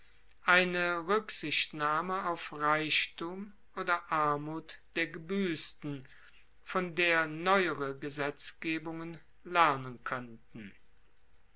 eine ruecksichtnahme auf reichtum oder armut der gebuessten von der neuere gesetzgebungen lernen koennten